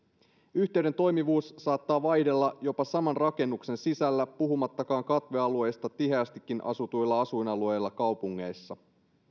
yhteyden toimivuus saattaa vaihdella jopa saman rakennuksen sisällä puhumattakaan katvealueista tiheästikin asutuilla asuinalueilla kaupungeissa